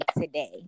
today